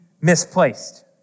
misplaced